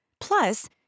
Plus